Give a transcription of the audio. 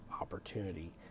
opportunity